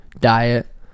diet